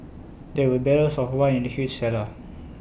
there were barrels of wine in the huge cellar